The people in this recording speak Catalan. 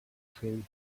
fill